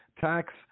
tax